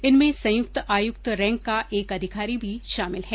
इनमें संयुक्त आयुक्त रैंक का एक अधिकारी भी शामिल हैं